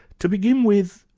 to begin with,